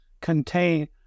contain